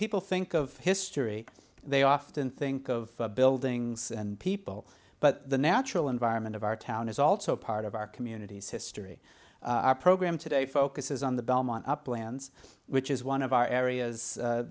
people think of history they often think of buildings and people but the natural environment of our town is also part of our communities history our program today focuses on the belmont up lands which is one of our areas